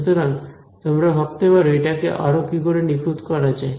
সুতরাং তোমরা ভাবতে পারো এটাকে আরো কি করে নিখুঁত করা যায়